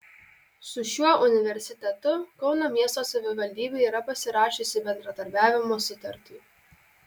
su šiuo universitetu kauno miesto savivaldybė yra pasirašiusi bendradarbiavimo sutartį